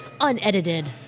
unedited